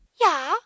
Ja